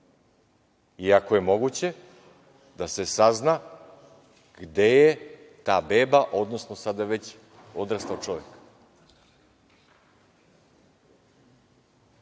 ako je moguće da se sazna gde je ta beba, odnosno sada već odrastao čovek. Rad